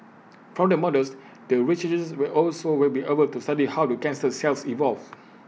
from the models the will also will be able to study how the cancer cells evolve